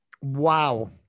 Wow